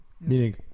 Meaning